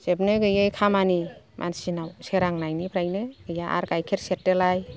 जोबनो गैयै खामानि मानसिनाव सोरांनायनिफ्रायनो आरो गाइखेर सेरदोलाय